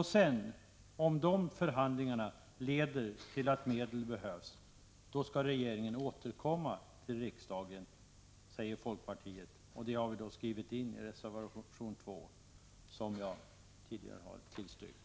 sådana. Om dessa förhandlingar leder till att medel behövs, då skall regeringen enligt folkpartiets förslag återkomma till riksdagen. Detta har vi skrivit in i reservation 2, som jag tidigare yrkade bifall till.